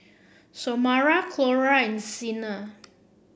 Xiomara Clora and Xena